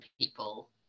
people